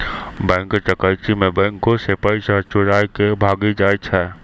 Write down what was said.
bank डकैती मे बैंको से पैसा चोराय के भागी जाय छै